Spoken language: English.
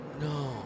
No